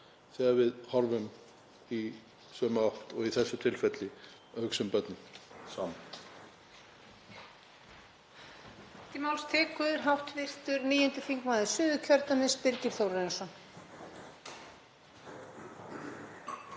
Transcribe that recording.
þegar við horfum í sömu átt og í þessu tilfelli að hugsa um börnin.